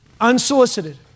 Unsolicited